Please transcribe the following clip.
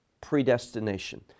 predestination